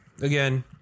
again